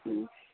হুম